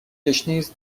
گشنیز